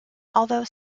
although